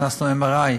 הכנסנוMRI ,